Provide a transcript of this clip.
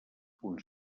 punt